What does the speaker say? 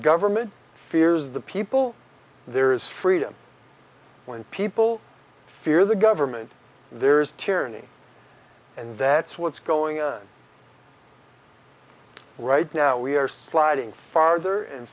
government fears the people there is freedom when people fear the government there is tyranny and that's what's going on right now we are sliding farther and